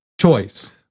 choice